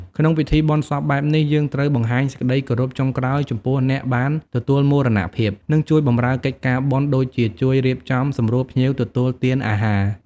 ក្នុងពិធីបុណ្យសពបែបនេះ យើងត្រូវបង្ហាញសេចក្ដីគោរពចុងក្រោយចំពោះអ្នកបានទទួលមរណភាព និងជួយបម្រើកិច្ចការបុណ្យ ដូចជាជួយរៀបចំសម្រួលភ្ញៀវទទួលទានអាហារ។